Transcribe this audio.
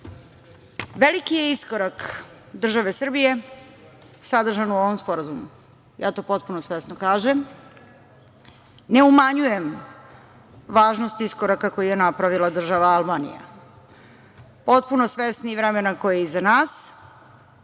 zakonu. Veliki je iskorak države Srbije sadržan u ovom sporazumu. Ja to potpuno svesno kažem. Ne umanjujem važnost iskoraka koji je napravila država Albanija. Potpuno svesni vremena koje je iza nas,